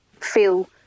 feel